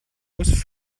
muss